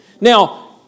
Now